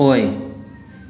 ꯑꯣꯏ